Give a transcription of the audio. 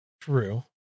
True